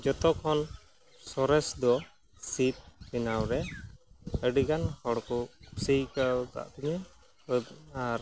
ᱡᱚᱛᱚᱠᱷᱚᱱ ᱥᱚᱨᱮᱥᱫᱚ ᱥᱤᱵᱽ ᱵᱮᱱᱟᱣᱨᱮ ᱟᱹᱰᱤᱜᱟᱱ ᱦᱚᱲᱠᱚ ᱠᱩᱥᱤᱭᱟᱠᱟᱣ ᱟᱠᱟᱫᱛᱤᱧᱟᱹ ᱟᱨ